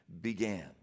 began